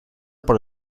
por